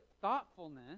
thoughtfulness